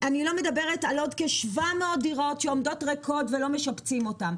אני לא מדברת על עוד כ-700 דירות שעומדות ריקות ולא משפצים אותן,